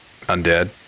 undead